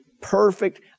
perfect